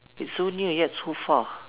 it's so near yet so far